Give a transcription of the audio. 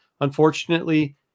unfortunately